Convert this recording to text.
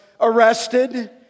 arrested